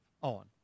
on